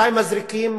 מתי מזריקים,